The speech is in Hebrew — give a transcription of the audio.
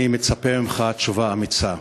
אני מצפה ממך לתשובה אמיצה.